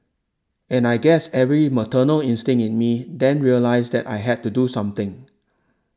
and I guess every maternal instinct in me then realised that I had to do something